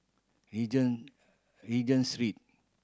Regent Regent Street